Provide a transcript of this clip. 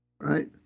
right